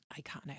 Iconic